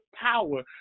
power